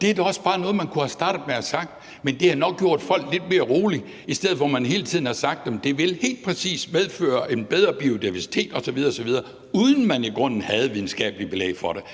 Det er da også bare noget, man kunne have startet med at have sagt, og det havde nok gjort folk lidt mere rolige, i stedet for at man hele tiden har sagt, at det helt præcist vil medføre en bedre biodiversitet osv., uden at man i grunden havde videnskabeligt belæg for det.